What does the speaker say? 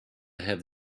have